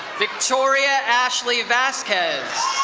victoria ashley vasquez.